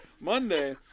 Monday